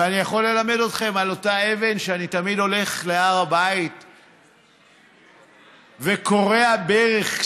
ואני יכול ללמד אתכם על אותה אבן שאני תמיד הולך להר הבית וכורע ברך,